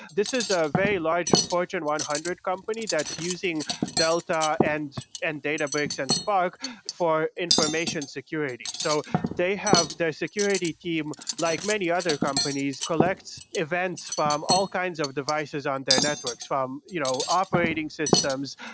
this is a very large fortune one hundred company that using delta and and databricks and spark for information security. so they have their security team, like many other companies collects events from all kinds of devices on their networks, from you know operating systems,